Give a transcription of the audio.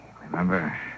Remember